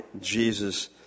Jesus